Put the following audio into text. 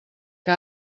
que